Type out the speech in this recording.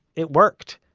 it worked.